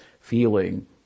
feeling